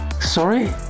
Sorry